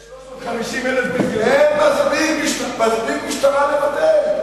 יש 350,000 ביזיונות, אין מספיק משטרה לבטל.